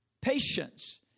patience